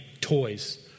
toys